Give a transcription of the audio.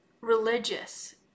religious